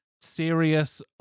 serious